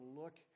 look